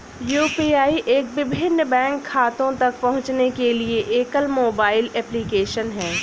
UPI app विभिन्न bank खातों तक पहुँचने के लिए एकल मोबाइल एप्लिकेशन है